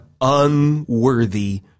unworthy